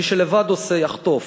מי שלבד עושה, יחטוף.